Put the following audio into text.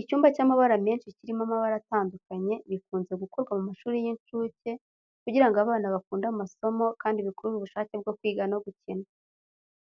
Icyumba cy’amabara menshi kirimo amabara atandukanye, bikunze gukorwa mu mashuri y’inshuke kugira ngo abana bakunde amasomo kandi bikurure ubushake bwo kwiga no gukina.